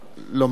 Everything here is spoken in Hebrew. לומר את דבריה.